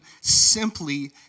simply